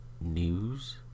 news